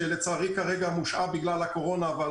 שלצערי כרגע מושהה בגלל הקורונה אבל